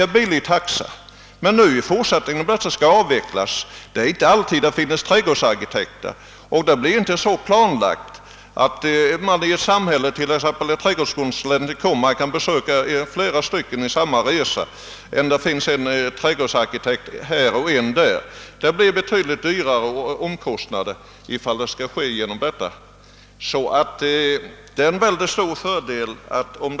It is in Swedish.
Om denna verksamhet nu skall avvecklas är det inte säkert att det kommer att finnas trädgårdsarkitekter att tillgå. Arbetet kommer inte heller att kunna planläggas så, att en trädgårdskonsulent besöker flera villaägare under samma resa, varför omkostnaderna kunna komma att bli mycket högre. Det är därför en stor fördel om.